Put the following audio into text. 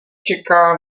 čeká